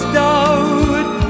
doubt